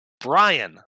Brian